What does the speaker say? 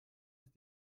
ist